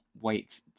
wait